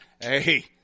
Hey